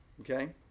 Okay